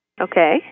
Okay